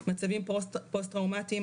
מצבים פוסט טראומטיים,